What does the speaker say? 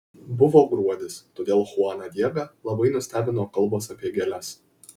buvo gruodis todėl chuaną diegą labai nustebino kalbos apie gėles